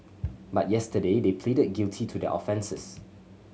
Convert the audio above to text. but yesterday they pleaded guilty to their offences